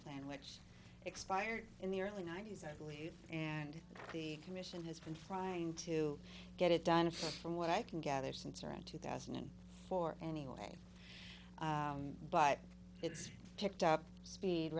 which expired in the early ninety's i believe and the commission has been trying to get it done and from what i can gather since around two thousand and four anyway but it's picked up speed